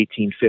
1850